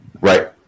Right